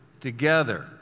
together